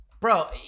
bro